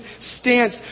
stance